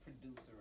producer